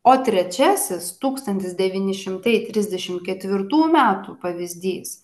o trečiasis tūkstantis devyni šimtai trisdešimt ketvirtų metų pavyzdys